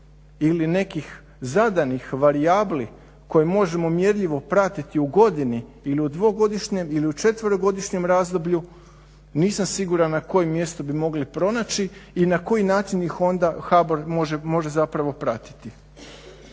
ili nekih zadanih varijabli koje možemo mjerljivo pratiti u godini ili u dvogodišnjem ili u četverogodišnjem razdoblju nisam siguran na kojem mjestu bi mogli pronaći i na koji način ih onda HBOR može zapravo pratiti.